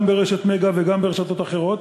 גם ברשת "מגה" וגם ברשתות אחרות,